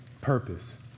purpose